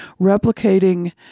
replicating